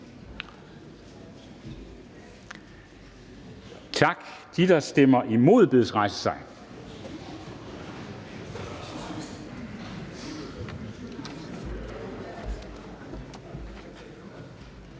Tak. De, der stemmer imod, bedes rejse sig.